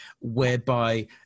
whereby